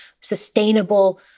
sustainable